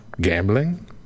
gambling